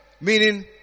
meaning